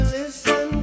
listen